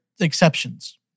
exceptions